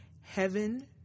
heaven